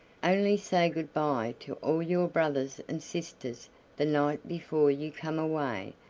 only say good-by to all your brothers and sisters the night before you come away,